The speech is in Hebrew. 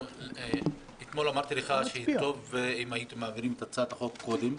אתמול אמרתי לך שטוב אם הייתם מעבירים את הצעת החוק קודם,